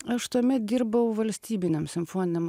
aš tuomet dirbau valstybiniam simfoniniam